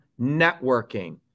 networking